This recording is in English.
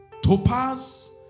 topaz